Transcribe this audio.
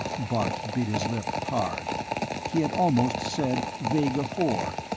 bart bit his lip, hard he had almost said, vega four.